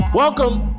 Welcome